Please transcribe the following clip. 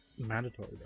mandatory